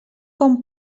com